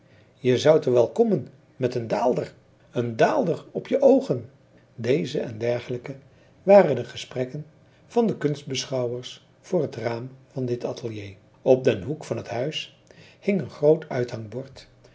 je zoudt er wel kommen met en daalder en daalder op je oogen deze en dergelijke waren de gesprekken van de kunstbeschouwers voor het raam van dit atelier op den hoek van t huis hing een groot uithangbord